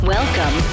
Welcome